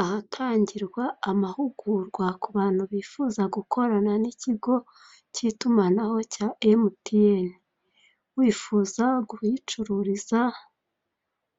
Ahatangirwa amahugurwa ku bantu bifuza gukorana n'ikigo cy' itumanaho cya MTN, wifuza kuyicururiza